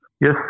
Yes